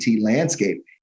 landscape